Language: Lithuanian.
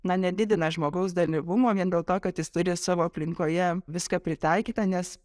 na nedidina žmogaus dalyvumo vien dėl to kad jis turi savo aplinkoje viską pritaikytą nes